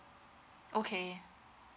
okay